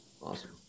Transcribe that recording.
Awesome